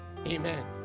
Amen